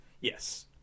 Yes